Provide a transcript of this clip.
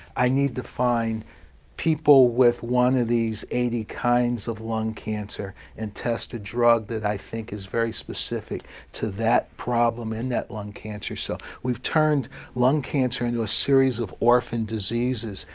i need to find people with one of these eighty kinds of lung cancer and test a drug that i think is very specific to that problem in that lung cancer. so we've turned lung cancer into a series of orphan diseases,